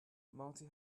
marty